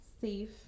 safe